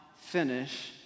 finish